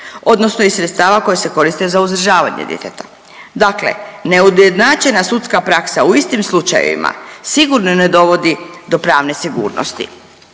odnosno iz sredstava koji se koriste za uzdržavanje djeteta. Dakle, neujednačena sudska praksa u istim slučajevima sigurno ne dovodi do pravne sigurnosti.